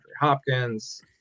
Hopkins